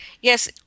yes